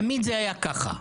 תמיד זה היה ככה.